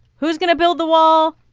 who's going to build the wall?